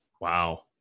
Wow